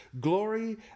glory